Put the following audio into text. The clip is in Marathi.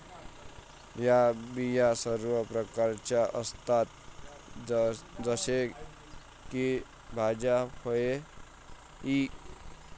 या बिया सर्व प्रकारच्या असतात जसे की भाज्या, फळे इ